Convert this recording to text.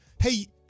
hey